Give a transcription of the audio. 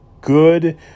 good